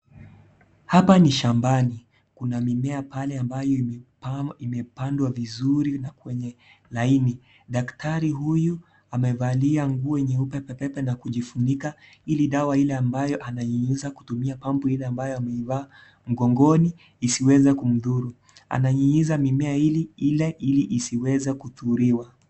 Hapa ni shambani kuna mimea pale ambayo imepandwa vizuri na kwenye laini, daktari huyu amevalia nguo nyeupe pepepe na kujifunika ili dawa ile ambayo anainyunyuza kutumia pampu ile ambayo ameivaa mgongoni iziweze kumdhuru anainyunyuza mimea ile ili iziweze kudhuriwa.